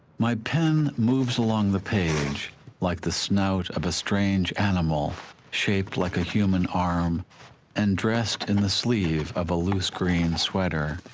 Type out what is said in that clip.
my pen moves along the page like the snout of a strange animal shaped like a human arm and dressed in the sleeve of a loose green sweater.